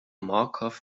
markov